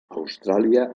austràlia